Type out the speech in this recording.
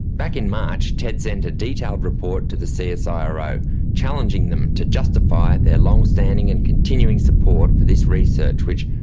back in march ted sent a detailed report to the so csiro, challenging them to justify their long-standing and continuing support for this research which,